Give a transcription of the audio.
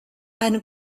ein